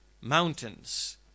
mountains